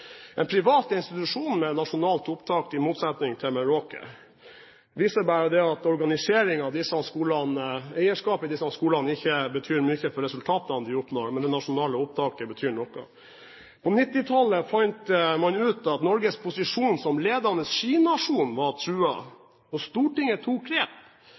en privat institusjon med nasjonalt opptak, i motsetning til Meråker. Det viser bare at organiseringen av disse skolene, eierskapet i disse skolene, ikke betyr mye for resultatene de oppnår, men det nasjonale opptaket betyr noe. På 1990-tallet fant man ut at Norges posisjon som ledende skinasjon var truet, og Stortinget tok grep.